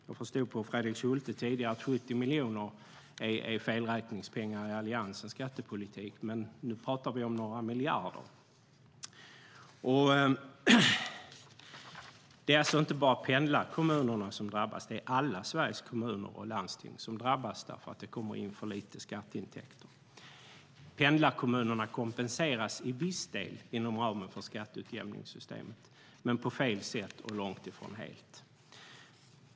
Jag förstod på Fredrik Schulte tidigare att 70 miljoner är felräkningspengar i Alliansens skattepolitik. Men nu talar vi om några miljarder. Det är alltså inte bara pendlarkommunerna som drabbas. Alla Sveriges kommuner och landsting drabbas eftersom det kommer in för lite skatteintäkter. Pendlarkommunerna kompenseras till viss del inom ramen för skatteutjämningssystemet men på fel sätt och långt ifrån helt.